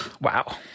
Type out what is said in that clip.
Wow